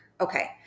Okay